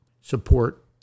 support